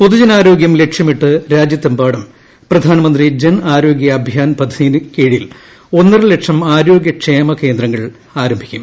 പൊതു ജനാരോഗ്യം ലക്ഷ്യമിട്ട് രാജ്യത്തെമ്പാടും പ്രധാനമന്ത്രി ജൻ ആരോഗ്യ അഭിയാൻ പദ്ധതിയിൻ കീഴിൽ ഒന്നര ലക്ഷം ആരോഗ്യ ക്ഷേമ കേന്ദ്രങ്ങൾ ആരംഭിക്കും